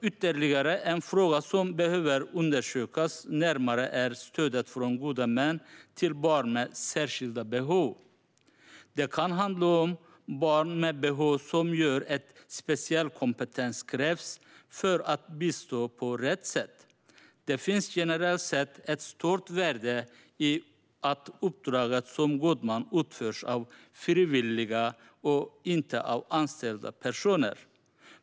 Ytterligare en fråga som behöver undersökas närmare är stödet från gode män till barn med särskilda behov. Det kan handla om barn med behov som gör att specialkompetens krävs för att bistå på rätt sätt. Det finns generellt sett ett stort värde i att uppdraget som god man utförs av frivilliga och inte av anställda personer.